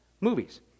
movies